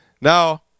Now